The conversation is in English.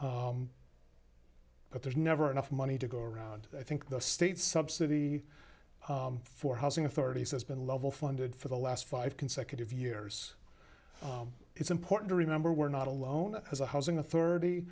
oaks but there's never enough money to go around i think the state subsidy for housing authorities has been level funded for the last five consecutive years it's important to remember we're not alone as a housing authority